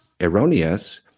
erroneous